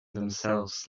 themselves